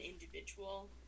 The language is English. individual